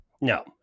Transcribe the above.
no